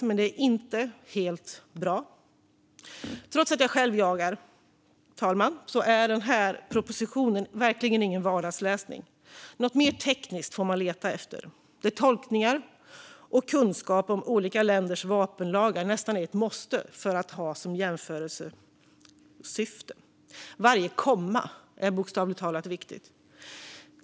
Men det är inte helt bra. Trots att jag själv jagar, herr talman, är propositionen verkligen ingen vardagsläsning för mig. Något mer tekniskt får man leta efter! Tolkningar av och kunskap om olika länders vapenlagar är nästan ett måste om man ska kunna jämföra systemen. Varje kommatecken är bokstavligt talat viktigt.